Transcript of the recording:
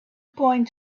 point